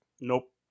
Nope